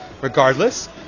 regardless